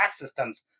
systems